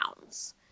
pounds